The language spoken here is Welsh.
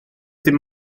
dim